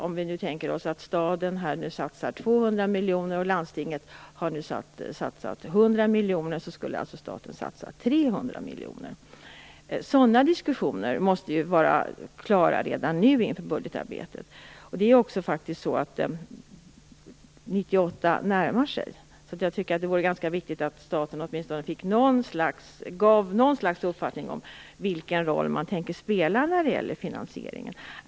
Om vi tänker oss att staden satsar 200 miljoner och landstinget 100 miljoner skulle alltså staten satsa 300 miljoner. Sådana diskussioner måste vara klara redan nu inför budgetarbetet. År 1998 närmar sig. Det är ganska viktigt att staten ger någon slags uppfattning om vilken roll den tänker spela när det gäller finansieringen.